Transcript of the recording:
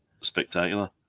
spectacular